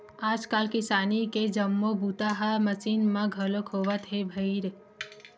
आजकाल किसानी के जम्मो बूता ह मसीन म घलोक होवत हे बइर